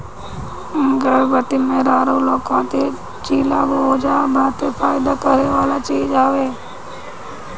गर्भवती मेहरारू लोग खातिर चिलगोजा बहते फायदा करेवाला चीज हवे